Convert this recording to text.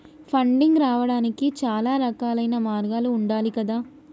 funding రావడానికి చాలా రకాలైన మార్గాలు ఉండాలి గదా